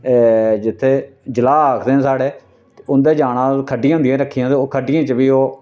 जित्थै जलाह् आखदे न साढ़े ते उं'दे जाना खड्डियां होंदियां रक्खी दियां ते ओह खड्डियें च बी ओह्